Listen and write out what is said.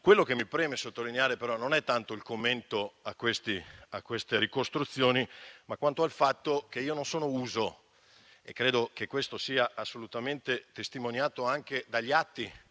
quello che mi preme sottolineare non è tanto il commento a queste ricostruzioni, quanto il fatto che io non sono uso - e credo che ciò sia assolutamente testimoniato anche dagli atti,